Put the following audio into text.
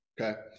Okay